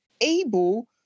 able